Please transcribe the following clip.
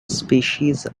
species